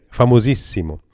famosissimo